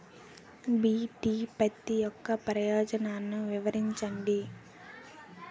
BT పత్తి యొక్క ప్రయోజనాలను వివరించండి?